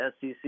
SEC